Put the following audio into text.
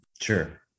Sure